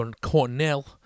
Cornell